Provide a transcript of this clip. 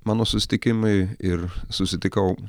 mano susitikimai ir susitikau